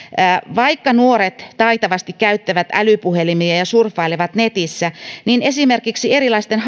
vaikka nuoret taitavasti käyttävät älypuhelimia ja surffailevat netissä niin esimerkiksi erilaisten